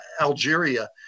Algeria